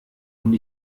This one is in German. und